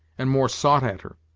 and more sought a'ter,